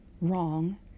wrong